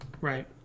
Right